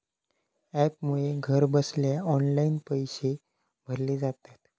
ॲपमुळे घरबसल्या ऑनलाईन पैशे भरले जातत